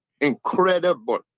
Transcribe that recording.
incredible